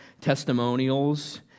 testimonials